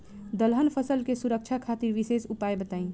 दलहन फसल के सुरक्षा खातिर विशेष उपाय बताई?